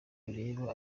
bireba